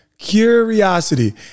curiosity